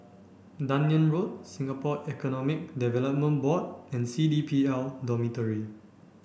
Dunearn Road Singapore Economic Development Board and C D P L Dormitory